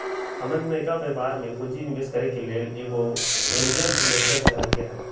हमर नयका व्यापर में पूंजी निवेश करेके लेल एगो एंजेल इंवेस्टर कहलकै ह